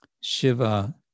Shiva